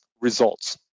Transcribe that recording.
results